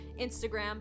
Instagram